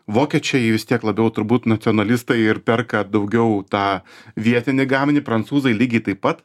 vokiečiai vis tiek labiau turbūt nacionalistai ir perka daugiau tą vietinį gaminį prancūzai lygiai taip pat